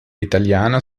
italiana